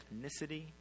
ethnicity